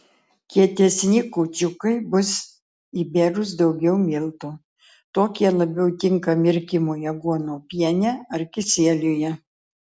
kietesni kūčiukai bus įbėrus daugiau miltų tokie labiau tinka mirkymui aguonų piene ar kisieliuje